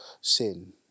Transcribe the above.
sin